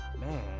man